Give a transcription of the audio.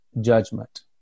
judgment